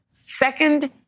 second